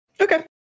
Okay